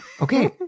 Okay